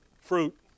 Fruit